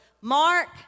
Mark